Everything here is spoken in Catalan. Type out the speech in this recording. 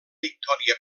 victòria